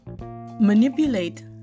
manipulate